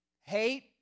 hate